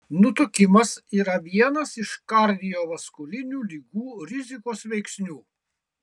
nutukimas yra vienas iš kardiovaskulinių ligų rizikos veiksnių